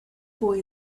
boy